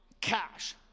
cash